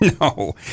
No